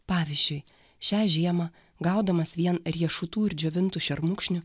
pavyzdžiui šią žiemą gaudamas vien riešutų ir džiovintų šermukšnių